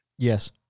Yes